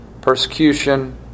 persecution